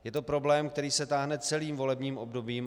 Je to problém, který se táhne celým volebním obdobím.